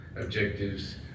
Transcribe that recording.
objectives